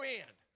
end